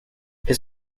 his